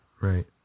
right